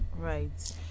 Right